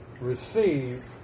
receive